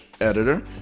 editor